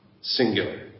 singular